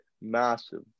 massive